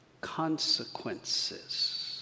consequences